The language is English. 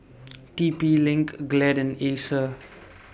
T P LINK Glad and Acer